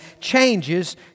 changes